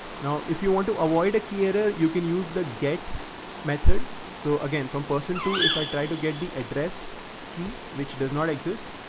now, if you want to avoid a key error, you can use the get method. so again, from person too, if i try to get the address key, which does not exist.